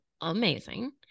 amazing